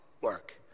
work